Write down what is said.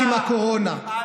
אי-אפשר ככה.